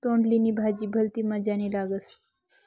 तोंडली नी भाजी भलती मजानी लागस